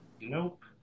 Nope